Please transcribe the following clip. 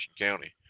County